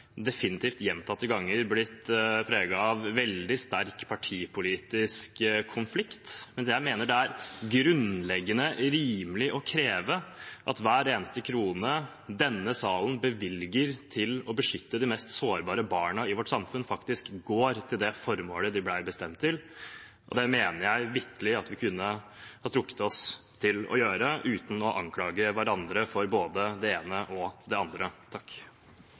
definitivt gjentatte ganger blitt preget av veldig sterk partipolitisk konflikt. Men jeg mener det er grunnleggende rimelig å kreve at hver eneste krone denne salen bevilger til å beskytte de mest sårbare barna i vårt samfunn, faktisk går til det formålet de ble bestemt til, og det mener jeg vitterlig at vi kunne ha strukket oss til å gjøre, uten å anklage hverandre for både det ene og det andre.